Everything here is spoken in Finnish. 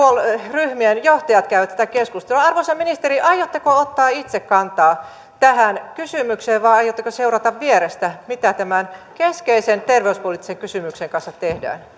ryhmien johtajat käyvät tätä keskustelua arvoisa ministeri aiotteko ottaa itse kantaa tähän kysymykseen vai aiotteko seurata vierestä mitä tämän keskeisen terveyspoliittisen kysymyksen kanssa tehdään